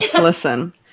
Listen